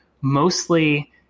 mostly